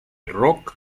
rock